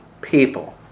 people